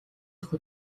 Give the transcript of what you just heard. дахь